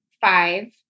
five